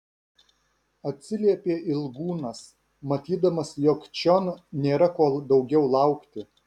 atsiliepė ilgūnas matydamas jog čion nėra ko daugiau laukti